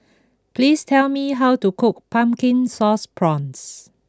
please tell me how to cook Pumpkin Sauce Prawns